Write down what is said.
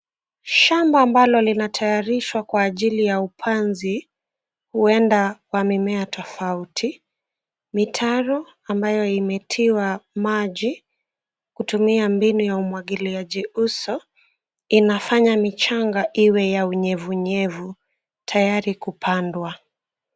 Shamba ambalo linatayarishwa kwa ajili ya upanzi huenda wa mimea tofauti, mitaro ambayo imetiwa maji kutumia mbinu ya umwagiliaji uso inafanya michanga iwe ya unyevunyevu tayari kupanda.